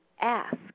ask